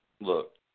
Look